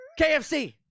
KFC